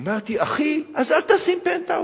אמרתי: אחי, אז אל תשים פנטהאוז.